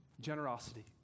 Generosity